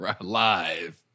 live